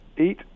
eight